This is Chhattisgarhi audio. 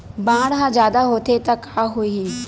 बाढ़ ह जादा होथे त का होही?